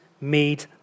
made